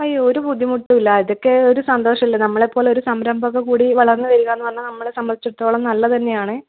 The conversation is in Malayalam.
അയ്യോ ഒരു ബുദ്ധിമുട്ടുമില്ല ഇതൊക്കെ ഒരു സന്തോഷമല്ലേ നമ്മളെപ്പോലൊരു സംരംഭക കൂടി വളർന്ന് വരികയെന്ന് പറഞ്ഞാൽ നമ്മളെ സംബന്ധിച്ചെടുത്തോളം നല്ലത് തന്നെയാണ്